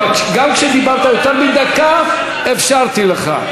אבל גם כשדיברת יותר מדקה, אפשרתי לך.